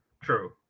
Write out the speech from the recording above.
True